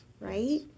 right